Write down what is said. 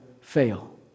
fail